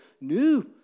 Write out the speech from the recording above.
new